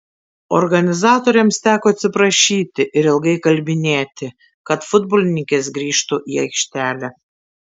organizatoriams teko atsiprašyti ir ilgai įkalbinėti kad futbolininkės grįžtų į aikštelę